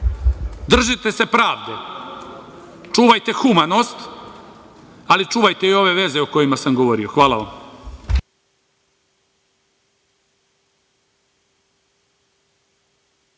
držite se pravde, čuvajte humanost, ali čuvajte i ove veze o kojima sam govorio. Hvala vam.